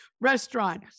restaurant